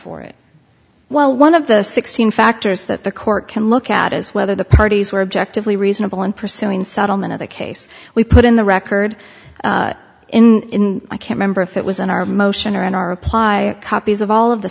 for it well one of the sixteen factors that the court can look at is whether the parties were objective lee reasonable in pursuing settlement of the case we put in the record in i can't member if it was in our motion or in our apply copies of all of the